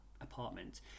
apartment